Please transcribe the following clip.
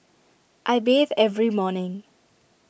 I bathe every morning